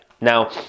Now